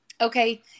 Okay